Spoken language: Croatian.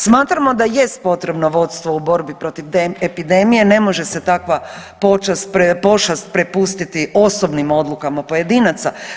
Smatramo da jest potrebno vodstvo u borbi protiv te epidemije, ne može se takva pošast prepustiti osobnim odlukama pojedinaca.